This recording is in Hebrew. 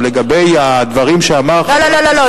לגבי הדברים שאמר חבר הכנסת, לא, לא, לא.